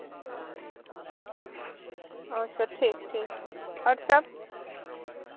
और सब ठीक ठीक और सब